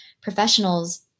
professionals